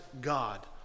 God